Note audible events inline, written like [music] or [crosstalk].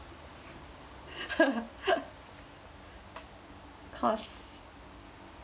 [laughs] cause